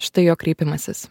štai jo kreipimasis